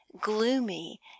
gloomy